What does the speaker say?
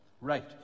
Right